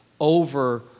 over